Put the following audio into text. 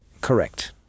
Correct